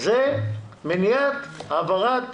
מניעת העברת